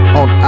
on